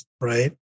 right